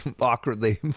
awkwardly